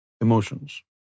emotions